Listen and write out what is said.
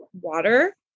water